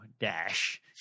dash